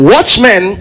Watchmen